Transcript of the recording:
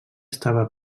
estava